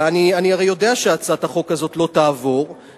הרי אני יודע שהצעת החוק הזאת לא תעבור,